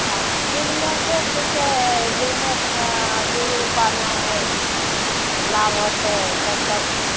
हँ बिजनेसे छिकै बिजनेसमे दू रूपा नहि लाभ होतै तब तक